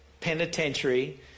Penitentiary